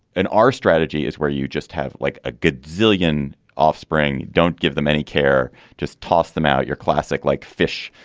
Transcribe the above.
and our strategy is where you just have like a good zillion offspring. don't give them any care. just toss them out. your classic like fish,